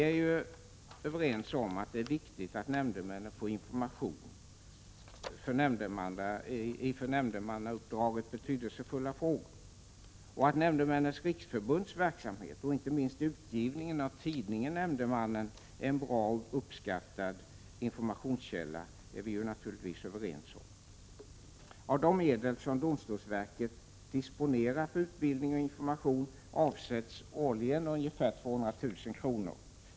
Vi är överens om att det är viktigt att nämndemännen får information i för nämndemannauppdraget betydelsefulla frågor. Att Nämndemännens riksförbunds verksamhet spelar en betydelsefull roll och att inte minst tidningen Nämndemannen är en bra och uppskattad informationskälla är vi naturligtvis överens om. Av de medel som domstolsverket disponerar för utbildning och information avsätts årligen ungefär 200 000 kr.